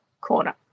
corner